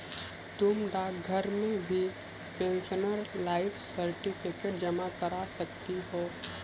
तुम डाकघर में भी पेंशनर लाइफ सर्टिफिकेट जमा करा सकती हो